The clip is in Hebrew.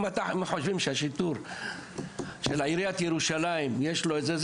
אם חושבים שלשיטור של עיריית ירושלים יש איזו השפעה